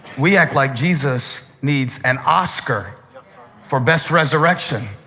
we act like jesus needs an oscar for best resurrection.